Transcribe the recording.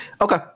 Okay